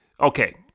Okay